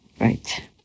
right